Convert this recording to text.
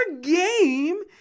game